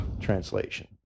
translation